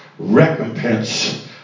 Recompense